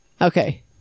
Okay